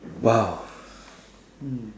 !wow!